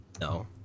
No